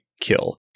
kill